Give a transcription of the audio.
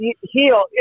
heal